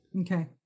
Okay